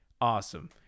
awesome